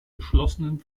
geschlossenen